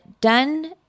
done